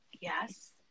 Yes